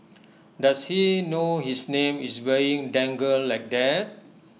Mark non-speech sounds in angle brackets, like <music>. does he know his name is <unintelligible> dangled like that